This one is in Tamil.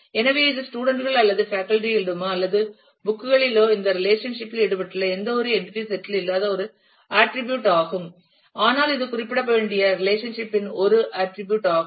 எனவே இது ஸ்டூடண்ட் கள் அல்லது பேக்கல்டி களிடமோ அல்லது புக் களிலோ இந்த ரெலேஷன்ஷிப் இல் ஈடுபட்டுள்ள எந்தவொரு என்டிடி செட் லும் இல்லாத ஒரு ஆட்டிரிபியூட் ஆகும் ஆனால் இது குறிப்பிடப்பட வேண்டிய ரெலேஷன்ஷிப் இன் ஒரு ஆட்டிரிபியூட் ஆகும்